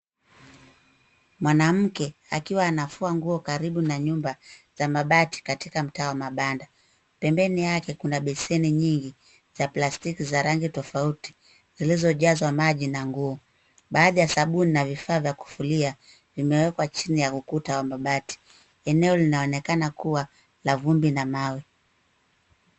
Mwanamke akiwa anafua nguo karibu na nyumba za mabati katika mtaa wa mabanda. Pembeni yake kuna beseni nyingi za plastiki za rangi tofauti zilizojazwa maji na nguo. Baadhi ya sabuni na vifaa vya kufulia vimewekwa chini ya ukuta mabati. Eneo inaonekana kuwa la vumbi na mawe.